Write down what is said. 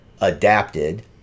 adapted